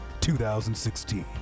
2016